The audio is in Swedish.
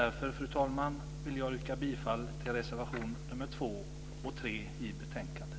Därför, fru talman, yrkar jag bifall till reservationerna 2 och 3 i betänkandet.